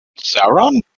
sauron